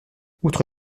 outre